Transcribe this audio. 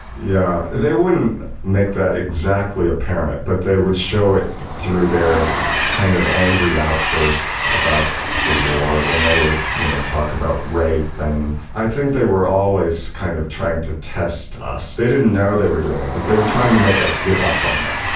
yeah, they wouldn't make that exactly apparent, but they would show it through their kind of angry outbursts about the war, when they would you know talk about rape. and i think they were always kind of trying to test us. they didn't know they were doing it but they were trying to make us give up on them,